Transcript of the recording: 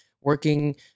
working